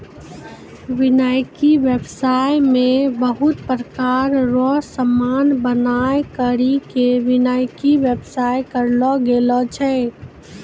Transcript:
वानिकी व्याबसाय मे बहुत प्रकार रो समान बनाय करि के वानिकी व्याबसाय करलो गेलो छै